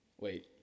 wait